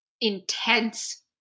intense